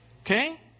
Okay